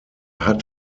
hat